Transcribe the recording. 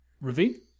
Ravine